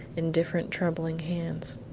in different trembling hands.